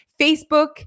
Facebook